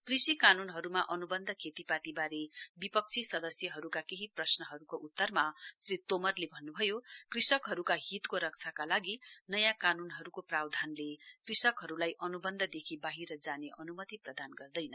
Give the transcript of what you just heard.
कृषि कान्नहरूमा अन्बन्ध खेतापातीबारे विपक्षी सदस्यहरूका केही प्रश्नहरूको उत्तरमा श्री तोमारले भन्नुभयो कृषकहरूका हितको रक्षाका लागि नयाँ कानुनहरूको प्रावधानले कृषकहरूलाई अनुबन्धदेखि बाहिर जाने अनुमति प्रदान गर्दैन